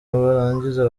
barangiza